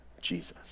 Jesus